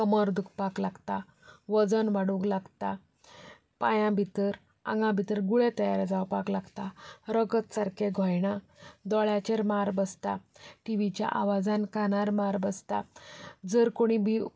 कमर दुखपाक लागती वजन वाडूंक लागता पांयां भितर आंगा भितर गुळे तयार जावूंक लागता रगत सारकें घोळना दोळ्यांचेर मार बसता टी व्हीच्या आवाजान कानार मार बसता जर कोणूय बी